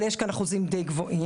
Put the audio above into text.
אבל יש כאן אחוזים די גבוהים,